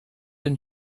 and